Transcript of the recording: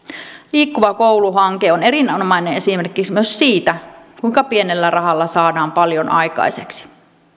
liikkuva koulu hanke on erinomainen esimerkki myös siitä kuinka pienellä rahalla saadaan paljon aikaiseksi